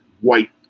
white